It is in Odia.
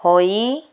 ହୋଇ